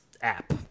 app